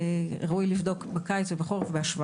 ראוי לעשות השוואה בין הקיץ לחורף.